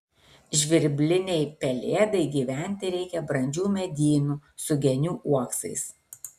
žvirblinei pelėdai gyventi reikia brandžių medynų su genių uoksais